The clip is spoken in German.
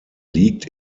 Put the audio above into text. liegt